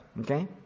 okay